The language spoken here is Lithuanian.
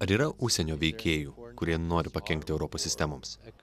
ar yra užsienio veikėjų kurie nori pakenkti europos sistemoms